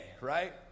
right